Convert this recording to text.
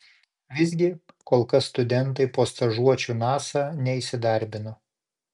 visgi kol kas studentai po stažuočių nasa neįsidarbino